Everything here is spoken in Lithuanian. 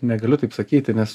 negaliu taip sakyti nes